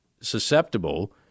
susceptible